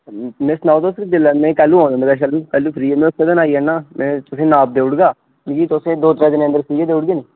में सनाओ तुस जेल्ले में कैल्लूं तुंदे कश कैलू फ्री ओ में इक्को देन आई जन्ना में तुसेंगी नाप दऊ उड़गा मिगी तुस दो त्रै दिन अंदर सिए देई उड़गे नी